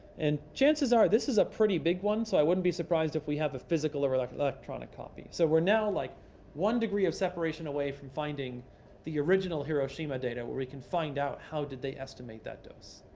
and chances are, this is a pretty big one. so i wouldn't be surprised if we have a physical or like electronic copy. so we're now like one degree of separation away from finding the original hiroshima data, where we can find out how did they estimate that dose.